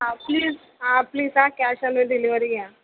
हां प्लिज हां प्लीज हां कॅश ऑन डिलिवरी घ्या